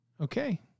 Okay